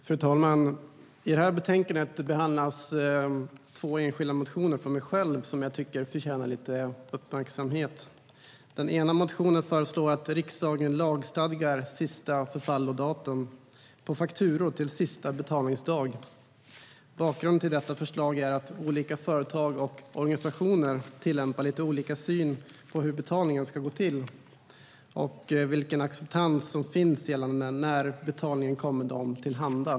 Fru talman! I betänkandet behandlas två enskilda motioner från mig själv som jag tycker förtjänar lite uppmärksamhet. I den ena motionen föreslås att riksdagen lagstadgar sista förfallodatum på fakturor till sista betalningsdag. Bakgrunden till detta förslag är att olika företag och organisationer tillämpar lite olika syn på hur betalningen ska gå till och vilken acceptans som finns gällande när betalningen kommer dem till handa.